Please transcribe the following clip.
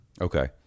Okay